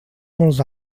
molts